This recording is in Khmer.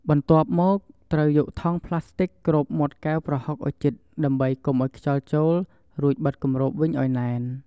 បន្ទាប់មក ត្រូវយកថង់ប្លាស្ទិកគ្របមាត់កែវប្រហុកឱ្យជិតដើម្បីកុំឱ្យខ្យល់ចូល រួចបិទគម្របវិញឱ្យណែន។